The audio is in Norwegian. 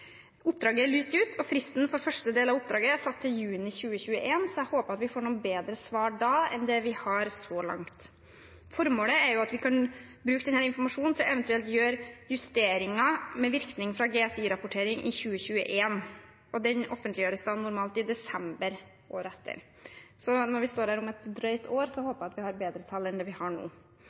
Oppdraget er lyst ut, og fristen for første del av oppdraget er satt til juni 2021. Jeg håper at vi da får noen bedre svar enn det vi har så langt. Formålet er å kunne bruke informasjonen til eventuelt å gjøre justeringer med virkning fra GSI-rapporteringen i 2021. Den offentliggjøres normalt i desember året etter. Så når vi står her om et drøyt år, håper jeg at vi har bedre tall enn vi har nå.